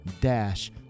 dash